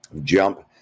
jump